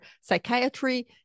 psychiatry